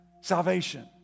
salvation